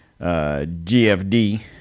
GFD